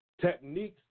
techniques